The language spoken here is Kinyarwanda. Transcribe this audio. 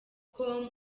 com